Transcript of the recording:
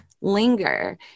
linger